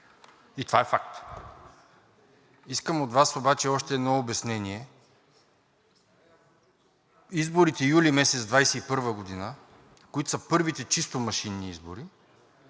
И това е факт! Искам от Вас обаче още едно обяснение. На изборите юли месец 2021 г., които са първите чисто машинни избори,